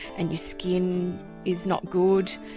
and your skin is not good,